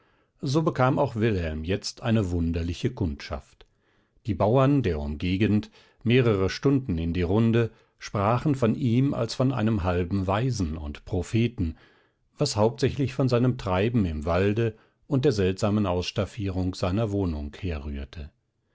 so bekam auch wilhelm jetzt eine wunderliche kundschaft die bauern der umgegend mehrere stunden in die runde sprachen von ihm als von einem halben weisen und propheten was hauptsächlich von seinem treiben im walde und der seltsamen ausstaffierung seiner wohnung herrührte